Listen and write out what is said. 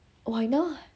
why not